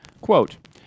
Quote